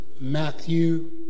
Matthew